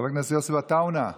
חבר הכנסת יוסף עטאונה,